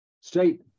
state